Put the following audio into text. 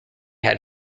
had